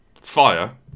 fire